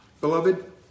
Beloved